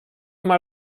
mal